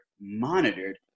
monitored